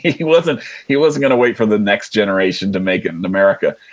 he wasn't he wasn't going to wait for the next generation to make it in america.